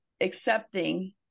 accepting